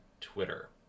Twitter